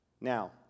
Now